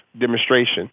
demonstration